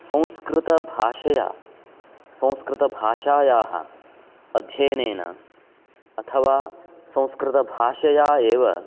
संस्कृतभाषया संस्कृतभाषायाः अध्ययनेन अथवा संस्कृतभाषया एव